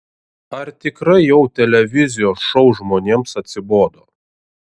ar tikrai jau televizijos šou žmonėms atsibodo